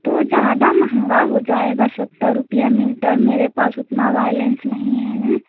तो ज़्यादा महंगा हो जाएगा सत्तर रुपया मीटर मेरे पास उतना बायलेंस नहीं है न